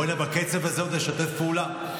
בקצב הזה עוד נשתף פעולה.